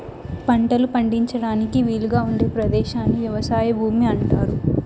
పంటలు పండించడానికి వీలుగా ఉండే పదేశాన్ని వ్యవసాయ భూమి అంటారు